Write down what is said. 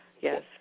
Yes